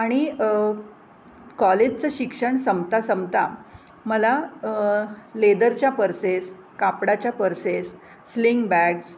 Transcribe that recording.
आणि कॉलेजचं शिक्षण संपता संपता मला लेदरच्या पर्सेस कापडाच्या पर्सेस स्लिंग बॅग्स